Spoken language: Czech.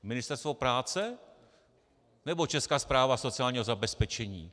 Ministerstvo práce, nebo Česká správa sociálního zabezpečení?